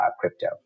crypto